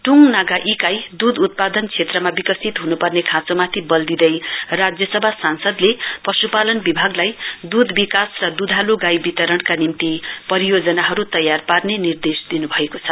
टुङ नागा दूध उत्पादन क्षेत्रमा विकसित ह्नुपर्ने खाँचोमाथि वल दिँदै राज्यसभा सांसदले पश्पालन विभागलाई दूध विकास र दूधाल् गाई वितरणका निम्ति परियोजनाहरु तयार पार्ने निर्दैश दिनुभएको छ